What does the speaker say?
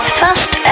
first